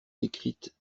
décrites